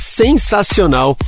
sensacional